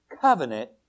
covenant